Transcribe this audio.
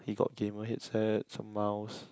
he got gamer headset some mouse